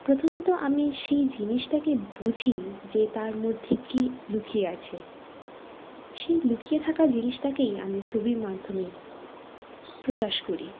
প্রথমত আমি সেই জিনিসটাকে বুঝি যে তার মধ্যে কী লুকিয়ে আছে সেই লুকিয়ে থাকা জিনিসটাকেই আমি ছবির মাধ্যমে প্রকাশ করি